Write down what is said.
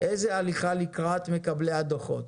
הליכה לקראת מקבלי הדוחות.